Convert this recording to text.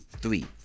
three